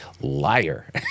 Liar